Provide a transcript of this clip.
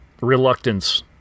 reluctance